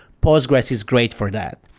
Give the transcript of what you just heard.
postgres is great for that.